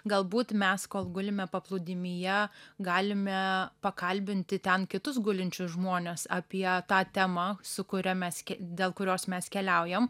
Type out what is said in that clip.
galbūt mes kol gulime paplūdimyje galime pakalbinti ten kitus gulinčius žmones apie tą temą su kuria mes dėl kurios mes keliaujam